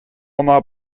oma